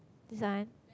this one